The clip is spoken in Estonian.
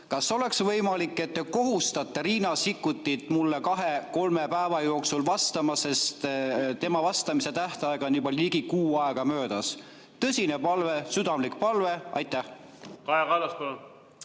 kas oleks võimalik, et te kohustate Riina Sikkutit mulle kahe-kolme päeva jooksul vastama, sest tema vastamise tähtaeg on juba ligi kuu aega möödas. Tõsine palve, südamlik palve. Aitäh,